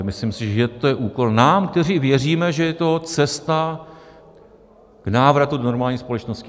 Myslím si, že to je úkol nám, kteří věříme, že je to cesta k návratu do normální společnosti.